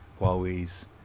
Huawei's